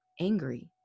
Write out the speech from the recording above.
angry